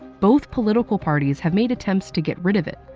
both political parties have made attempts to get rid of it.